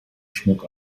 schmuck